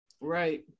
Right